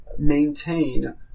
maintain